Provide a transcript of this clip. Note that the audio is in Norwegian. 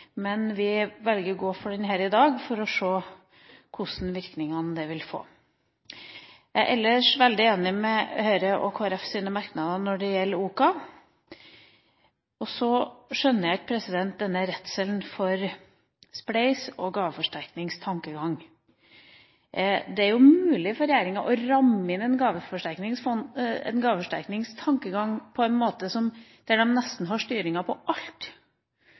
men vi velger å gå for den i dag for å se hvilke virkninger det vil få. Jeg er ellers veldig enig i Høyre og Kristelig Folkepartis merknader når det gjelder OCA, og jeg skjønner ikke denne redselen for spleis- og gaveforsterkningstankegang. Det er mulig for regjeringa å ramme inn en gaveforsterkningstankegang slik at man nesten har styringa på